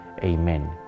amen